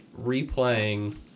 replaying